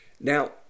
Now